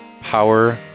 power